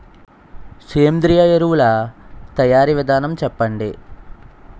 సేంద్రీయ ఎరువుల తయారీ విధానం చెప్పండి?